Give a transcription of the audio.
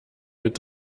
mit